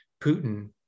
Putin